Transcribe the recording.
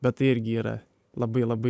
bet tai irgi yra labai labai